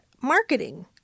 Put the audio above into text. marketing